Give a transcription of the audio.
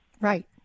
Right